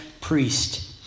priest